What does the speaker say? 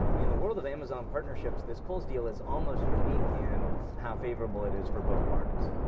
in the world of amazon partnerships, this kohl's deal is almost unique in how favorable it is for both parties.